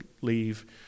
leave